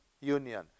union